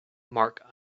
mark